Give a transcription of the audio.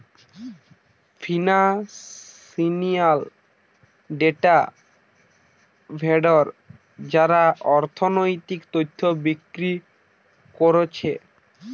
financial data vendor যারা আর্থিক তথ্য বিক্রি কোরছে